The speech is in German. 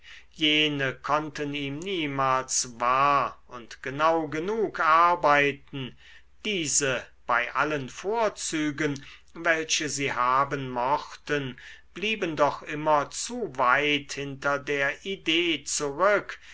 jene konnten ihm niemals wahr und genau genug arbeiten diese bei allen vorzügen welche sie haben mochten blieben doch immer zu weit hinter der idee zurück